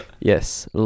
Yes